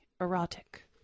erotic